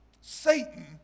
Satan